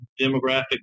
demographic